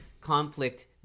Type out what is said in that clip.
conflict